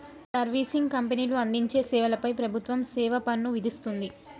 servicing కంపెనీలు అందించే సేవల పై ప్రభుత్వం సేవాపన్ను విధిస్తుంది